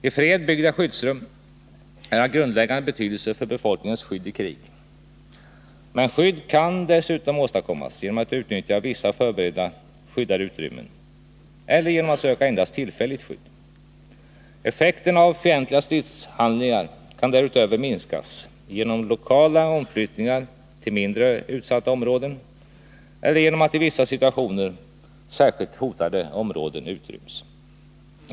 I fred byggda skyddsrum är av grundläggande betydelse för befolkningens skydd i krig. Men skydd kan dessutom åstadkommas genom att man utnyttjar vissa förberedda skyddade utrymmen eller genom att man söker endast tillfälligt skydd. Effekten av fientliga stridshandlingar kan därutöver minskas genom lokala omflyttningar till mindre utsatta områden eller genom att i vissa situationer särskilt hotade områden utryms.